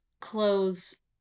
clothes